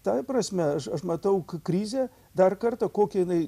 tai prasme aš aš matau krizė dar kartą kokia jinai